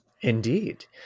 Indeed